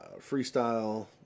Freestyle